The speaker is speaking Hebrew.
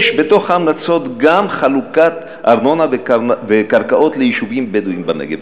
יש בתוך ההמלצות גם חלוקת ארנונה וקרקעות ליישובים בדואיים בנגב.